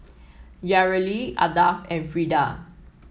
Yareli Ardath and Freeda